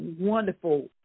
wonderful